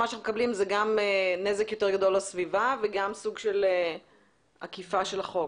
מה שמקבלים זה נזק יותר גדול לסביבה וגם סוג של הפרה החוק.